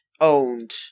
owned